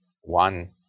one